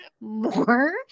more